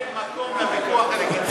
איפה אתה נותן מקום לוויכוח הלגיטימי?